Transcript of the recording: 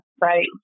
right